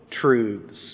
truths